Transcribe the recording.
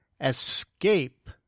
escape